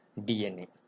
dna